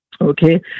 Okay